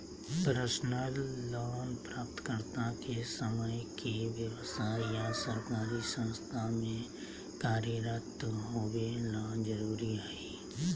personal loan प्राप्तकर्ता के स्वयं के व्यव्साय या सरकारी संस्था में कार्यरत होबे ला जरुरी हइ